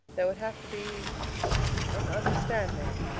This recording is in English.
there would have to be an understanding,